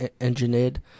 engineered